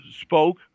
spoke